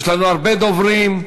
יש לנו הרבה דוברים.